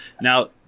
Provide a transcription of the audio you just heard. Now